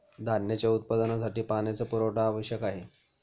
धान्याच्या उत्पादनासाठी पाण्याचा पुरवठा आवश्यक आहे